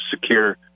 secure